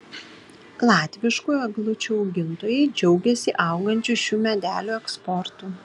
latviškų eglučių augintojai džiaugiasi augančiu šių medelių eksportu